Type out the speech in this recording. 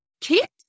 kit